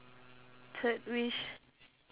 third wish